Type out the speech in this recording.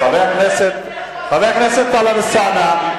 חבר הכנסת טלב אלסאנע,